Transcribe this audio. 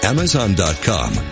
Amazon.com